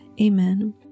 Amen